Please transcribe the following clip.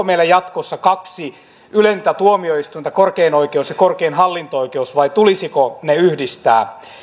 meillä jatkossa kaksi ylintä tuomioistuinta korkein oikeus ja korkein hallinto oikeus vai tulisiko ne yhdistää